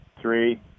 three